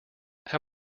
how